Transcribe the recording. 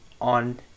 on